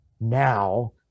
now